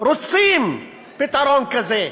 ורוצים פתרון כזה.